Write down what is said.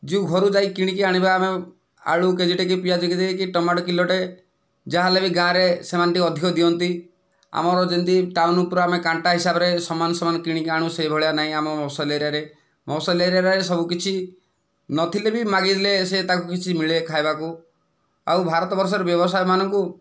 ଯେଉଁ ଘରୁ ଯାଇ କିଣିକି ଆଣିବା ଆମେ ଆଳୁ କେଜି ଟିଏ କି ପିଆଜ କେଜି ଟିଏ କି ଟମାଟୋ କିଲୋ ଟିଏ ଯାହାହେଲେ ବି ଗାଁରେ ସେମାନେ ଟିକିଏ ଅଧିକ ଦିଅନ୍ତି ଆମର ଯେମିତି ଟାଉନ ଉପରେ ଯେମିତି ଆମେ କଣ୍ଟା ହିସାବରେ ସମାନ ସମାନ କିଣିକି ଆଣୁ ସେହି ଭଳିଆ ନାହିଁ ଆମ ମଫସଲ ଏରିଆରେ ମଫସଲ ଏରିଆରେ ସବୁକିଛି ନଥିଲେ ବି ମାଗିଲେ ସେ ତାକୁ କିଛି ମିଳେ ଖାଇବାକୁ ଆଉ ଭାରତବର୍ଷରେ ବ୍ୟବସାୟମାନଙ୍କୁ